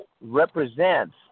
represents